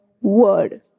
word